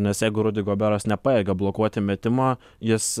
nes jeigu rudi goberas nepajėgia blokuoti metimą jis